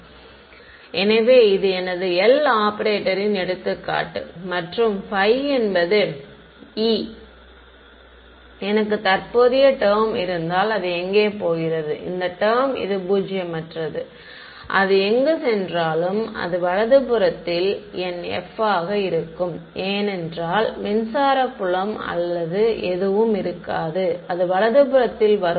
மாணவர் எனவே இது எனது L ஆபரேட்டரின் எடுத்துக்காட்டு மற்றும் φ என்பது E எனக்கு தற்போதைய டெர்ம் இருந்தால் அது எங்கே போகிறது இந்த டெர்ம் இது பூஜ்ஜியமற்றது அது எங்கு சென்றாலும் அது வலது புறத்தில் என் f ஆக இருக்கும் ஏனென்றால் மின்சார புலம் அல்லது எதுவும் இருக்காது அது வலது புறத்தில் வரும்